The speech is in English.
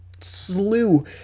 slew